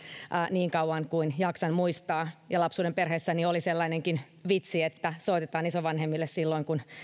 niin kauan kuin jaksan muistaa ja lapsuudenperheessäni oli sellainenkin vitsi että soitetaan isovanhemmille silloin kun